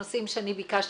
הנושאים שאני ביקשתי.